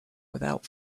without